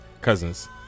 cousins